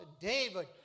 David